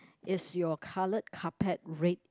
is your coloured carpet red